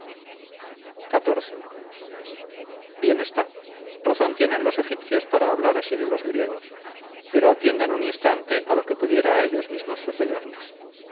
xiv bien está razón tienen los egipcios para hablar así de los griegos pero atiendan un instante a lo que pudiera a ellos mismos sucederles